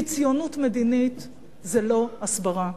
כי ציונות מדינית זה לא הסברה,